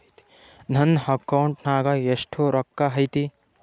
ನನ್ನ ಅಕೌಂಟ್ ನಾಗ ಎಷ್ಟು ರೊಕ್ಕ ಐತಿ?